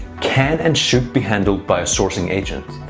can and should be handled by a sourcing agent.